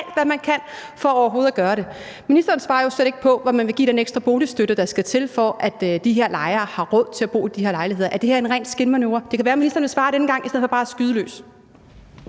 alt, hvad man kan, for overhovedet at gøre det. Ministeren svarer jo slet ikke på, om man vil give den ekstra boligstøtte, der skal til, for at de her lejere har råd til at bo i de her lejligheder. Er det her en ren skinmanøvre? Det kan være, ministeren vil svare denne gang i stedet for bare at skyde løs.